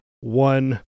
One